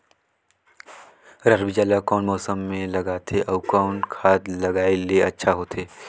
रहर बीजा ला कौन मौसम मे लगाथे अउ कौन खाद लगायेले अच्छा होथे?